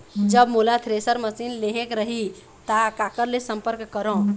जब मोला thresher machine लेहेक रही ता काकर ले संपर्क करों?